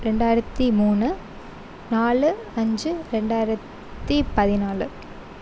ரெண்டாயிரத்து மூணு நாலு அஞ்சு ரெண்டாயிரத்து பதினாலு